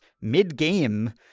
mid-game